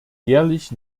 jährlich